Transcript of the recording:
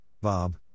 Bob